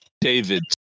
David